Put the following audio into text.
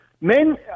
Men